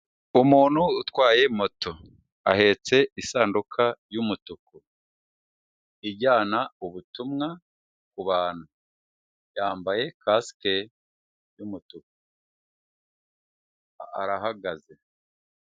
Umuntu utwaye moto, ahetse isanduka y'umutuku ijyana ubutumwa ku bantu, yambaye kasike y'umutuku arahagaze.